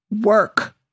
work